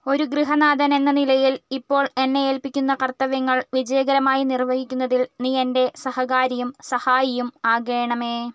ഒരു ഗൃഹനാഥൻ എന്ന നിലയിൽ ഇപ്പോൾ എന്നെ ഏൽപ്പിക്കുന്ന കർത്തവ്യങ്ങൾ വിജയകരമായി നിർവഹിക്കുന്നതിൽ നീ എൻ്റെ സഹകാരിയും സഹായിയും ആകേണമേ